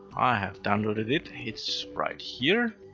i have downloaded it, its right here.